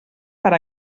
per